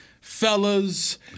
fellas